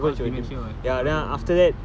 because dementia ya they cannot remember